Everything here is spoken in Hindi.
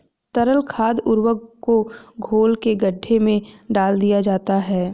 तरल खाद उर्वरक को घोल के गड्ढे में डाल दिया जाता है